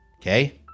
okay